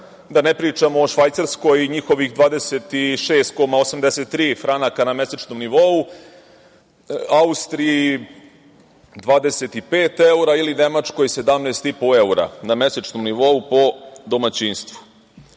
da ne pričamo o Švajcarskoj i njihovih 26,83 franaka na mesečnom nivou, Austriji 25 evra, ili Nemačkoj 17,5 evra na mesečnom nivou po domaćinstvu. Inače,